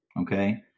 Okay